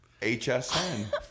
HSN